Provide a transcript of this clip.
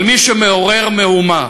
אבל מי שמעורר מהומה,